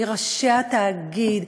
מראשי התאגיד,